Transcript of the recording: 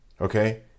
Okay